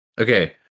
Okay